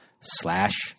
slash